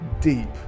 deep